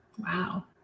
Wow